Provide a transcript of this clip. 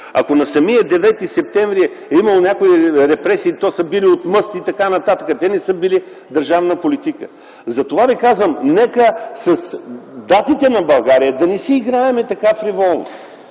Ако на самия Девети септември е имало някои репресии, те са били от мъст и така нататък, те не са били държавна политика. Затова Ви казвам: нека с датите на България да не си играем така фриволно.